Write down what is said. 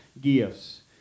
gifts